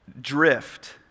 drift